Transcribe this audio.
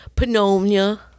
Pneumonia